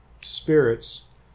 spirits